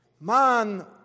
Man